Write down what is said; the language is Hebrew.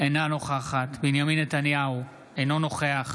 אינה נוכחת בנימין נתניהו, אינו נוכח